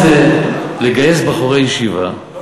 רוצה לגייס בחורי ישיבה,